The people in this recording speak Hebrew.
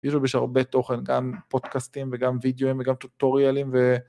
יש לו בשביל הרבה תוכן, גם פודקסטים וגם וידאוים וגם טוטוריאלים ו...